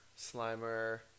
Slimer